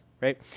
right